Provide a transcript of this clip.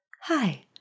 Hi